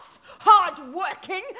hardworking